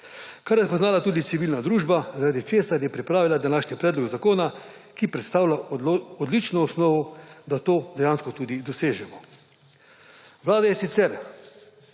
kar je prepoznala tudi civilna družba, zaradi česar je pripravila današnji predlog zakona, ki predstavlja odlično osnovo, da to dejansko tudi dosežemo. Vlada je sicer